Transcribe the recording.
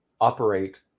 operate